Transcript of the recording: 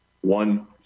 one